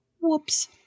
Whoops